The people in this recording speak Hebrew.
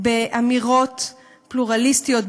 באמירות פלורליסטיות,